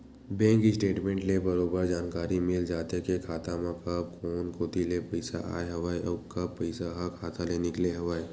bank statement ले बरोबर जानकारी मिल जाथे के खाता म कब कोन कोती ले पइसा आय हवय अउ कब पइसा ह खाता ले निकले हवय